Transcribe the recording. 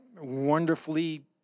wonderfully